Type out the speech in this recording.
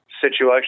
situation